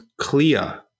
clear